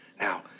Now